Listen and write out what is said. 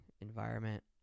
environment